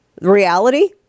reality